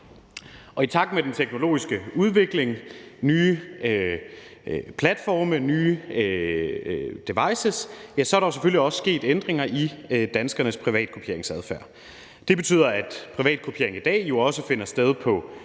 I takt med den teknologiske udvikling med nye platforme og nye devices er der selvfølgelig også sket ændringer i danskernes privatkopieringsadfærd. Det betyder, at privatkopiering i dag jo også finder sted på